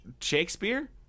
Shakespeare